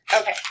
Okay